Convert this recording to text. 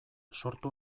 sortu